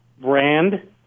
brand